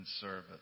service